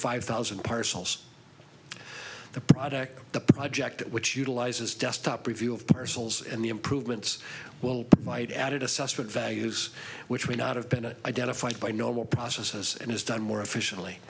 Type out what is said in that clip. five thousand parcels the project the project which utilizes desktop review of parcels and the improvements will might added assessment values which may not have been an identified by normal processes and is done more efficiently